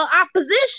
opposition